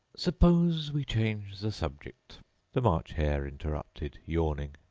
suppose we change the subject the march hare interrupted, yawning.